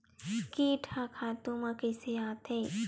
कीट ह खातु म कइसे आथे?